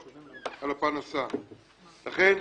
לכן,